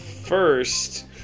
First